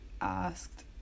asked